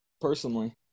personally